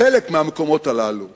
חלק מהמקומות הללו